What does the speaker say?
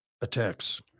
attacks